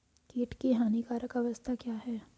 कीट की हानिकारक अवस्था क्या है?